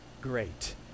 great